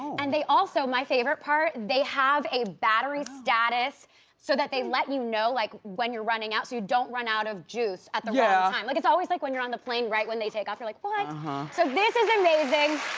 and they also, my favorite part, they have a battery status so that they let you know like when you're running out, so you don't run out of juice at the time. yeah like it's always like when you're on the plane, right? when they take off, you're like, what? so this is amazing.